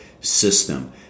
system